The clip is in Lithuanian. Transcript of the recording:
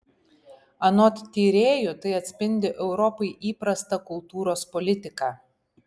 anot tyrėjų tai atspindi europai įprastą kultūros politiką